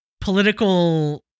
political